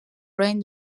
rain